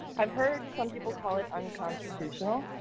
i've heard some people call it unconstitutional,